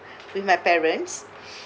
with my parents